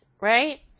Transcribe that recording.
Right